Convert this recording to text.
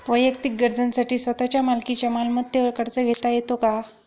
वैयक्तिक गरजांसाठी स्वतःच्या मालकीच्या मालमत्तेवर कर्ज घेता येतो का?